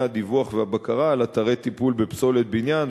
הדיווח והבקרה על אתרי טיפול בפסולת בניין.